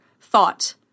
thought